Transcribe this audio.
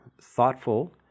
thoughtful